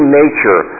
nature